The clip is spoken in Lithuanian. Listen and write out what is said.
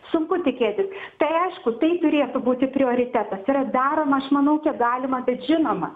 sunku tikėtis tai aišku tai turėtų būti prioritetas yra daroma aš manau kiek galima bet žinoma